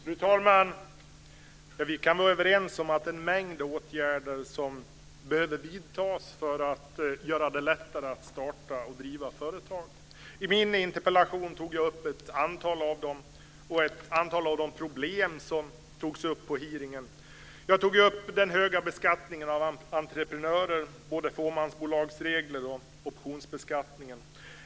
Fru talman! Vi kan vara överens om en mängd åtgärder som behöver vidtas för att göra det lättare att starta och driva företag. I min interpellation tog jag upp ett antal av dem och ett antal av de problem som togs upp på hearingen. Jag nämnde den höga beskattningen av entreprenörer, både i form av fåmansbolagsreglerna och optionsbeskattningen.